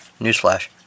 Newsflash